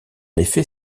effet